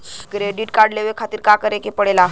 Credit card लेवे खातिर का करे के पड़ेला?